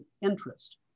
interest